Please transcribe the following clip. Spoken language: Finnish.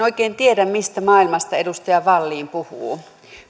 oikein tiedä mistä maailmasta edustaja wallin puhuu